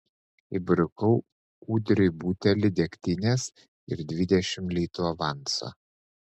įbrukau ūdriui butelį degtinės ir dvidešimt litų avanso